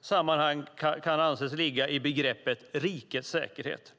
sammanhang kan anses ligga i begreppet "rikets säkerhet".